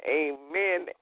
amen